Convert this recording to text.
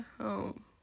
home